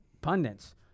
pundits